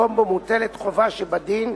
מקום בו מוטלת חובה שבדין,